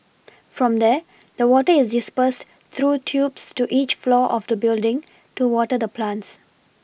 from there the water is dispersed through tubes to each floor of the building to water the plants